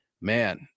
Man